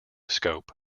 scope